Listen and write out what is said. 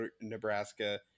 Nebraska –